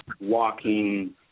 walking